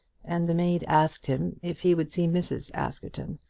and the maid asked him if he would see mrs. askerton.